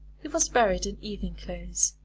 he was buried in evening clothes,